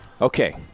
Okay